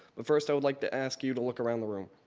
but first, i would like to ask you to look around the room.